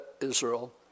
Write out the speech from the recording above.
Israel